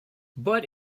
but